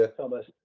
Thomas